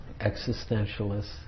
existentialists